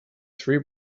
three